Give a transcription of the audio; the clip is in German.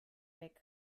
weg